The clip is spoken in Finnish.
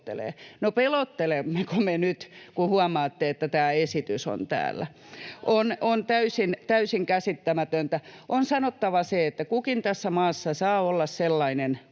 No, pelottelemmeko me nyt, kun huomaatte, että tämä esitys on täällä? [Veronika Honkasalon välihuuto] On täysin käsittämätöntä. On sanottava se, että kukin tässä maassa saa olla sellainen